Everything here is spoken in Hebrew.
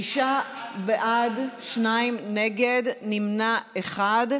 שישה בעד, שניים נגד, נמנע אחד.